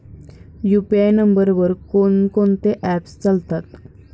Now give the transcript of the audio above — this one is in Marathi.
यु.पी.आय नंबरवर कोण कोणते ऍप्स चालतात?